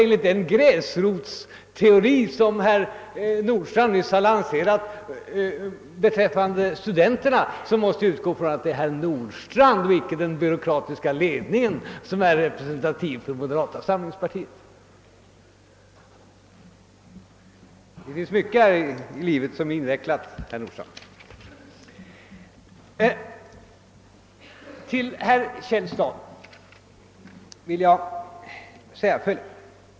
Enligt den gräsrotsteori som herr Nordstrandh nyss lanserade beträffande studenterna måste jag utgå från att det är Nordstrandh som är representativ för moderata samlingspartiet, inte partiets byråkratiska ledning. Det finns mycket här i livet som är invecklat, herr Nordstrandh! Sedan vill jag också säga några ord till herr Källstad.